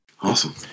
Awesome